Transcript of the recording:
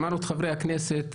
שמענו את חברי הכנסת.